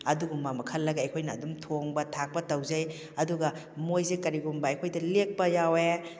ꯑꯗꯨꯒꯨꯝꯕ ꯑꯃ ꯈꯟꯂꯒ ꯑꯩꯈꯣꯏꯅ ꯑꯗꯨꯝ ꯊꯣꯡꯕ ꯊꯥꯛꯄ ꯇꯧꯖꯩ ꯑꯗꯨꯒ ꯃꯣꯏꯁꯦ ꯀꯔꯤꯒꯨꯝꯕ ꯑꯩꯈꯣꯏꯗ ꯂꯦꯛꯄ ꯌꯥꯎꯋꯦ